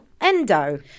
endo